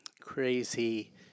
crazy